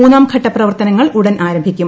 മൂന്നാംഘട്ട പ്രവർത്തനങ്ങൾ ഉടൻ ആരംഭിക്കും